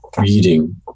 reading